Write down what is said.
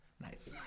Nice